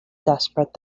desperate